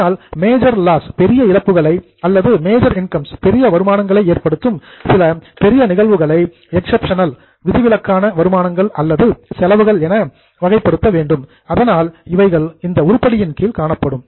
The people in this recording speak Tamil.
ஆனால் மேஜர் லாஸஸ் பெரிய இழப்புகளை அல்லது மேஜர் இன்கம்ஸ் பெரிய வருமானங்களை ஏற்படுத்தும் சில பெரிய நிகழ்வுகளை எக்சப்ஷனல் விதிவிலக்கான வருமானங்கள் அல்லது செலவுகள் என கேட்டகிரைஸ்டு வகைப்படுத்த வேண்டும் அதனால் இவைகள் இந்த உருப்படியின் கீழ் காணப்படும்